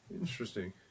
Interesting